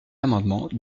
amendement